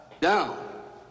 Down